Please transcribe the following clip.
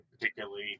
particularly